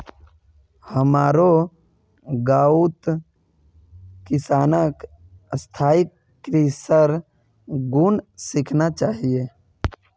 हमारो गांउत किसानक स्थायी कृषिर गुन सीखना चाहिए